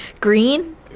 Green